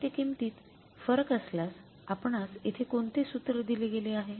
साहित्य किंमतीत फरक असल्यास आपणास येथे कोणते सूत्र दिले गेले आहे